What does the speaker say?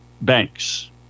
banks